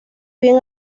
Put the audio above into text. bien